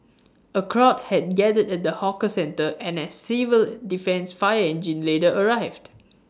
A crowd had gathered at the hawker centre and A civil defence fire engine later arrived